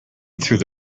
through